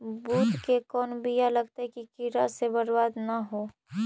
बुंट के कौन बियाह लगइयै कि कीड़ा से बरबाद न हो?